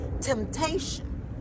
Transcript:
temptation